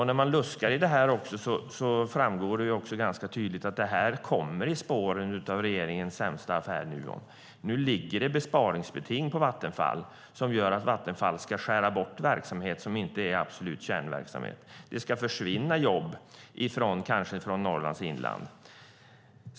När jag luskar i detta framgår det ganska tydligt att detta kommer i spåren av regeringens sämsta affär Nuon. Nu ligger det besparingsbeting på Vattenfall som gör att Vattenfall ska skära bort verksamhet som inte är absolut kärnverksamhet. Jobb kanske ska försvinna från Norrlands inland.